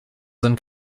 sind